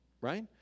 right